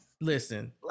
Listen